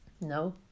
No